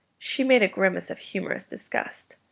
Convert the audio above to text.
she made a grimace of humorous disgust.